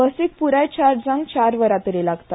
बसीक प्राय चार्ज जावंक चार वरां तरी लागतात